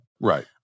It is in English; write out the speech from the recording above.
right